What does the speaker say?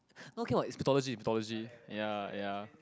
okay what is pathology pathology ya ya